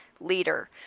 leader